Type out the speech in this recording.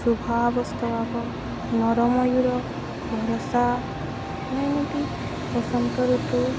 ଶୁଭା ନର ମୟୂର ଭରଷା ମାନେ ଏମିତି ବସନ୍ତ ଋତୁ